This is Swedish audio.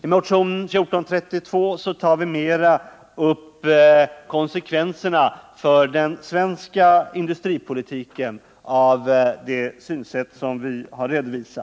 I motionen 1432 tar vi framför allt upp konsekvenserna för den svenska industripolitiken av det synsätt som vi har redovisat.